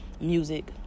music